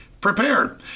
prepared